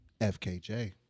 FKJ